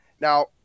Now